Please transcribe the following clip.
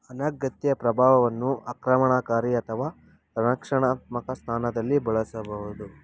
ಅನಗತ್ಯ ಪ್ರಭಾವವನ್ನು ಆಕ್ರಮಣಕಾರಿ ಅಥವಾ ರಕ್ಷಣಾತ್ಮಕ ಸ್ಥಾನದಲ್ಲಿ ಬಳಸಬಹುದು